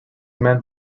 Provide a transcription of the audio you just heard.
meant